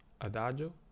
adagio